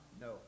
No